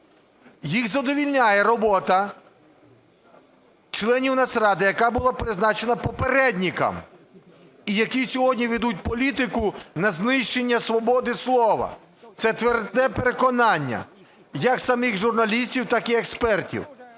їх задовольняє робота членів Нацради, яка була призначена попередником, і які сьогодні ведуть політику на знищення свободи слова. Це тверде переконання як самих журналістів, так і експертів.